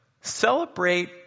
Celebrate